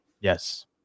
Yes